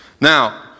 Now